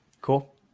Cool